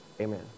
Amen